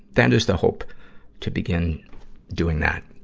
that is the hope to begin doing that.